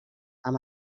amb